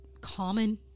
common